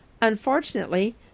Unfortunately